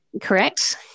Correct